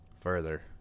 further